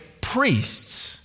priests